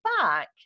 back